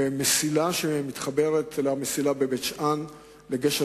ומסילה שמתחברת למסילה מבית-שאן לגשר